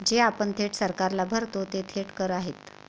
जे आपण थेट सरकारला भरतो ते थेट कर आहेत